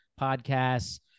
podcasts